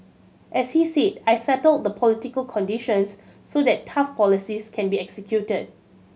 as he said I settled the political conditions so that tough policies can be executed